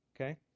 okay